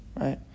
right